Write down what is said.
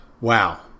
wow